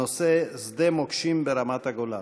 הנושא: שדה מוקשים ברמת-הגולן.